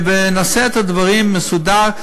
ונעשה את הדברים מסודר.